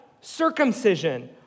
circumcision